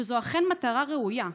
וזו אכן מטרה ראויה,